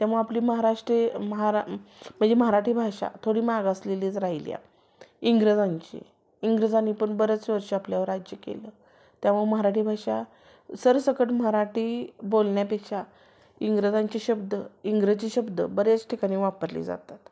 त्यामुळं आपली महाराष्ट्री महारा म्हणजे मराठी भाषा थोडी मागासलेलीच राहिली आहे इंग्रजांची इंग्रजांनी पण बरेच वर्षं आपल्यावर राज्य केलं त्यामुळं मराठी भाषा सरसकट मराठी बोलण्यापेक्षा इंग्रजांचे शब्द इंग्रजी शब्द बऱ्याच ठिकाणी वापरली जातात